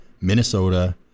Minnesota